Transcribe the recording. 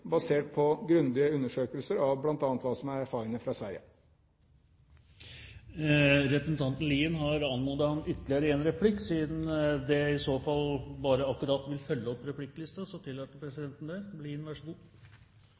basert på grundige undersøkelser av bl.a. hva som er erfaringene fra Sverige. Representanten Lien har anmodet om ytterligere en replikk, og siden det i så fall vil fylle opp replikklisten, så tillater